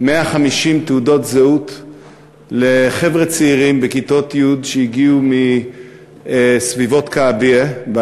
150 תעודות זהות לחבר'ה צעירים מכיתות י' שהגיעו מסביבות כעביה,